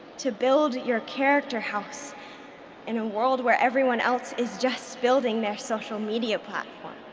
to build your character house in a world where everyone else is just building their social media platform.